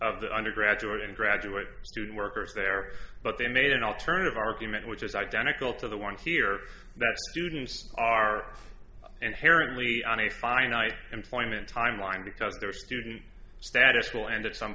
of the undergraduate and graduate student workers there but they made an alternative argument which is identical to the one here that students are inherently on a finite employment timeline because their student status will end at some